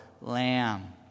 lamb